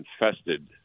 infested